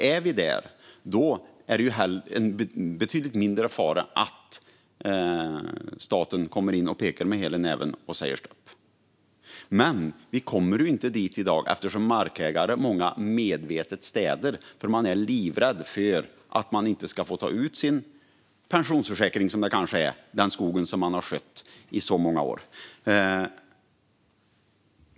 Om vi är där är faran betydligt mindre att staten kommer in och pekar med hela näven och säger stopp. Dit kommer vi dock inte i dag, eftersom många markägare medvetet städar. De är livrädda att inte få ta ut det som kanske är deras pensionsförsäkring, den skog som de har skött i så många år.